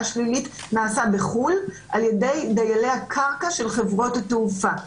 שלילית נעשה בחו"ל על ידי דיילי הקרקע של חברות התעופה,